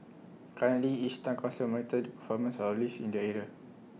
currently each Town Council monitored performance of lifts in their area